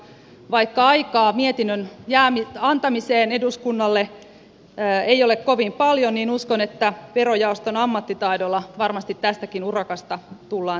vaikka aikaa mietinnön antamiseen eduskunnalle ei ole kovin paljon uskon että verojaoston ammattitaidolla varmasti tästäkin urakasta tullaan selviämään